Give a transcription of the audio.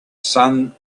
sun